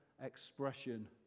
expression